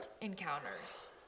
encounters